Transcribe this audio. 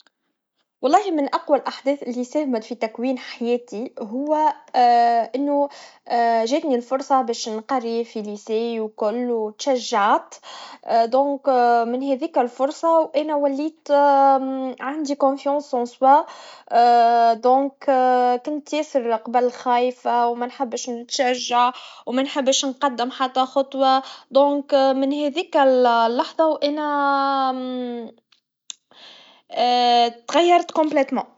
والله من أقوى الأحداث اللي ساههمت في تكوين حياتي, هوا و إنه و جاتني الفرصا باش نقري في المدرسة الثانويا والكل, وتشجعت, لذا من هذيكا الفرصا, وأنا وليت و عندي قلةة ثقة, لذلك كنت ياسر اقبل خايفة, ومنحبش نتشجع, ومنحبش نقدم حتى خطوا, لذلك من هذيك اللحظا وأنا و اتغيرت كلياً.